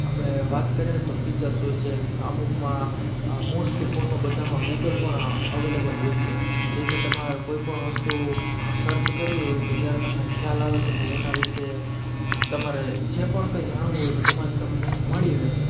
આપણે વાત કરીએને તો ફીચર્સ હોય છે અમૂકમાં મોસ્ટલી ફોનમાં બધામાં ગૂગલ પણ અવેલેબલ હોય છે કે જેથી તમારે કોઈપણ વસ્તુ સર્ચ કરવી હોય તો ત્યારે તમને ખ્યાલ આવે કે એના વિશે તમારે જે પણ કંઇ જાણવું હોય તો તેમાંથી તમને મળી રહે